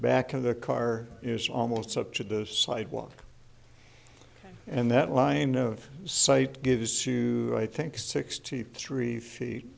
back of the car is almost up to the sidewalk and that line of sight gives to i think sixty three feet